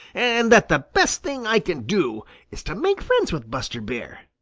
and that the best thing i can do is to make friends with buster bear.